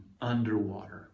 underwater